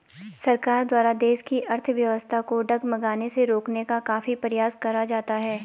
सरकार द्वारा देश की अर्थव्यवस्था को डगमगाने से रोकने का काफी प्रयास करा जाता है